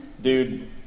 Dude